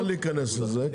אני מוכן להיכנס לזה,